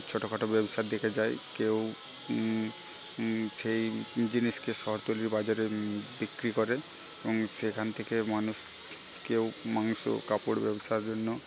ছোটখাটো ব্যবসার দিকে যায় কেউ সেই জিনিসকে শহরতলির বাজারে বিক্রি করে এবং সেখান থেকে মানুষ কেউ মাংস কাপড় ব্যবসার জন্য